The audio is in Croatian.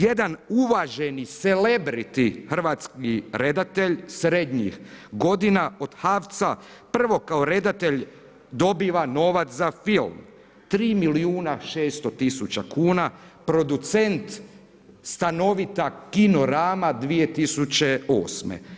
Jedan uvaženi celebrity hrvatski redatelj, srednjih godina od HAVC-a prvo kao redatelj dobiva novac za film 3 milijuna 600 tisuća kuna, producent, stanovita kinorama 2008.